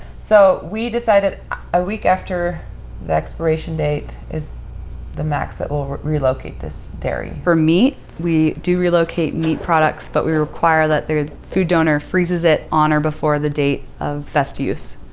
so we decided a week after the expiration date is the max that we'll relocate this dairy. for meat, we do relocate meat products, but we require that the food donor freezes it on or before the date of best to use.